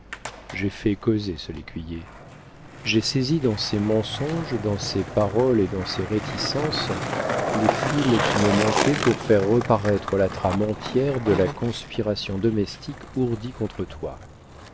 j'ai fait causer ce lécuyer j'ai saisi dans ses mensonges dans ses paroles et dans ses réticences les fils qui me manquaient pour faire reparaître la trame entière de la conspiration domestique ourdie contre toi